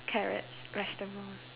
carrots vegetables